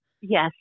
Yes